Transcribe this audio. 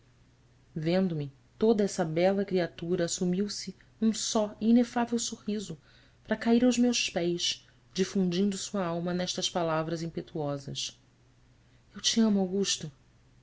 vendo-me toda essa bela criatura assumiu se num só e inefável sorriso para cair aos meus pés difundindo sua alma nestas palavras impetuosas u te amo augusto